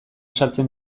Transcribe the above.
sartzen